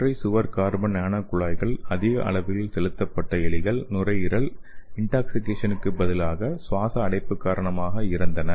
ஒற்றை சுவர் carbon nano குழாய்கள் அதிக அளவுகளில் செலுத்தப்பட்ட எலிகள் நுரையீரல் இன்டாக்சிகேசனுக்கு பதிலாக சுவாச அடைப்பு காரணமாக இறந்தன